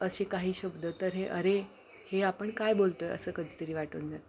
असे काही शब्द तर हे अरे हे आपण काय बोलतो आहे असं कधीतरी वाटून जातं